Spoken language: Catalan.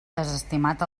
desestimat